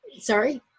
sorry